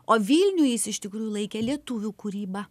o vilnių jis iš tikrųjų laikė lietuvių kūryba